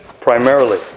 primarily